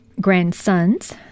grandsons